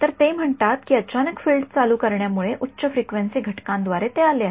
तर ते म्हणतात की अचानक फील्ड चालू करण्यामुळे उच्च फ्रिक्वेन्सी घटकांद्वारे ते आले आहेत